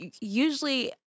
usually